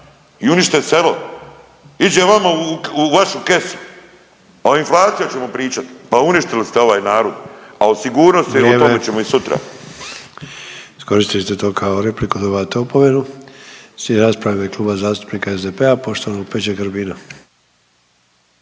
i uništite selo. Iđe vama u vašu kesu, a o inflaciji ćemo pričat. Pa uništili ste ovaj narod, a o sigurnosti, o tome ćemo i sutra. **Sanader, Ante (HDZ)** Vrijeme. Iskoristili ste to kao repliku dobivate opomenu. Slijedi rasprava u ime Kluba zastupnika SDP-a poštovanog Peđe Grbina.